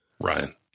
Ryan